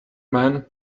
men